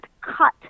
cut